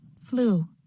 Flu